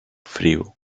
frio